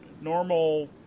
normal